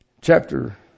Chapter